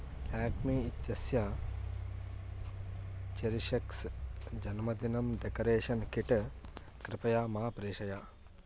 एग्मी इत्यस्य चेरिशेक्स् जन्मदिनं डेकरेषन् किट् कृपया मा प्रेषय